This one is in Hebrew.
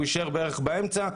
הוא יישאר בערך באמצע.